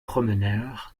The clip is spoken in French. promeneurs